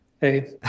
Hey